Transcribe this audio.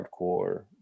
hardcore